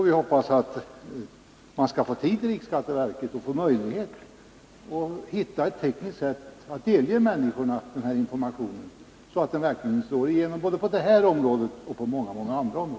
Vi hoppas att riksskatteverket skall få tid och möjlighet att hitta ett tekniskt lämpligt sätt att delge människorna denna information, så att den verkligen slår igenom både på detta område och på många andra områden.